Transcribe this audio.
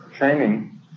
training